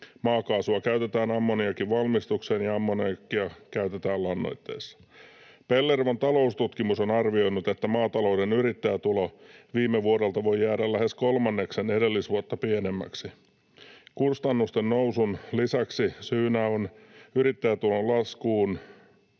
Maakaasua käytetään ammoniakin valmistukseen, ja ammoniakkia käytetään lannoitteissa. Pellervon taloustutkimus on arvioinut, että maatalouden yrittäjätulo viime vuodelta voi jäädä lähes kolmanneksen edellisvuotta pienemmäksi. Kustannusten nousun lisäksi syynä yrittäjätulon laskuun